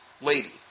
lady